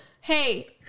Hey